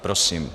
Prosím.